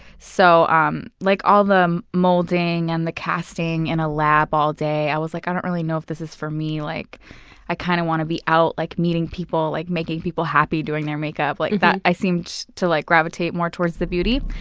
so um like all the molding and the casting in a lab all day. i was like, i don't know if this is for me. like i kind of want to be out like meeting people, like making people happy doing their makeup. like i seemed to like gravitate more towards the beauty.